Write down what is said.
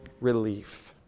relief